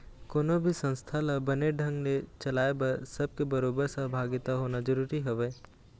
कोनो भी संस्था ल बने ढंग ने चलाय बर सब के बरोबर सहभागिता होना जरुरी हवय